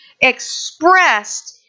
expressed